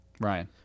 Ryan